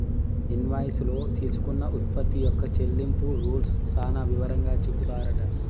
invoice లో తీసుకున్న ఉత్పత్తి యొక్క చెల్లింపు రూల్స్ సాన వివరంగా చెపుతారట